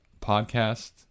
podcast